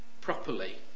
properly